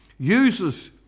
uses